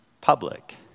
public